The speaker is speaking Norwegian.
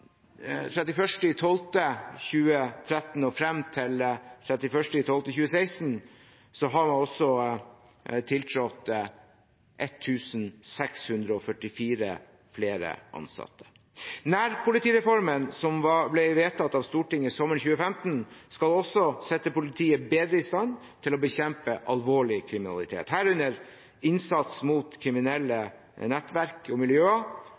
2013 og frem til 31. desember 2016 har man også tilsatt 1 644 flere ansatte. Nærpolitireformen, som ble vedtatt av Stortinget sommeren 2015, skal også sette politiet bedre i stand til å bekjempe alvorlig kriminalitet, herunder innsats mot kriminelle nettverk og